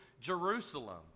Jerusalem